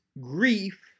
grief